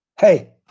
Hey